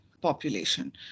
population